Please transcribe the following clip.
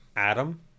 Adam